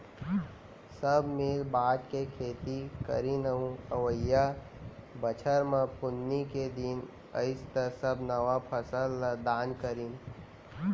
सब मिल बांट के खेती करीन अउ अवइया बछर म पुन्नी के दिन अइस त सब नवा फसल ल दान करिन